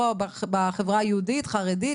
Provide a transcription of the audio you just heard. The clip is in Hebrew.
בחברה היהודית-חרדית,